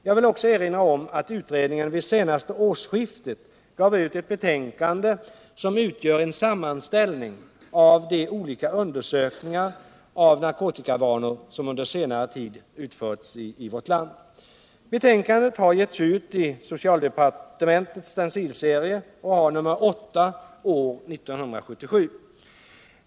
Jag vill också erinra om att utredningen vid det senaste årsskiftet gav ut ett betänkande, som utgör en sammanställning av de olika undersökningar av narkotikavanor som under senare tid utförts i vårt land. Betänkandet har getts ut i socialdepartementets stencilserie och har beteckningen nr 8 år 1977.